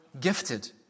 gifted